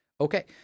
Okay